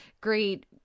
great